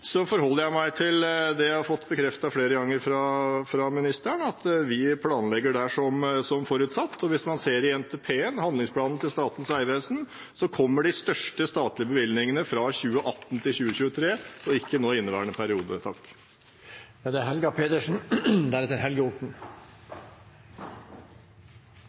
forholder jeg meg til det jeg har fått bekreftet flere ganger fra samferdselsministeren, at vi planlegger der som forutsatt, og hvis man ser i NTP-en, handlingsplanen til Statens vegvesen, kommer de største statlige bevilgningene i tidsrommet fra 2018 til 2023 og ikke nå i inneværende periode. Nå er